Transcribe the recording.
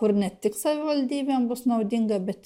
kur ne tik savivaldybėm bus naudinga bet